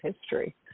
history